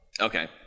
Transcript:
Okay